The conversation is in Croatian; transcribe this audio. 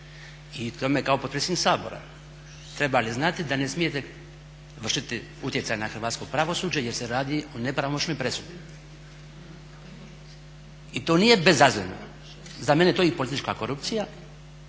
i tome kao potpredsjednik Sabora trebali znati da ne smijete vršiti utjecaj na hrvatsko pravosuđe jer se radi o nepravomoćnoj presudi. I to nije bezazleno. Za mene je to i politička korupcija